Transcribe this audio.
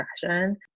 fashion